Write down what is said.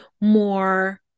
more